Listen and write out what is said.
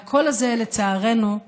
והקול הזה, לצערנו,